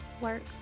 work